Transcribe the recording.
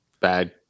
bad